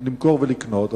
למכור ולקנות,